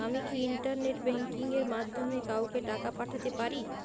আমি কি internet banking এর মাধ্যমে কাওকে টাকা পাঠাতে পারি?